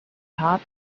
top